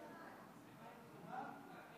הסתייגות שלא להפעיל